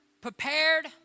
prepared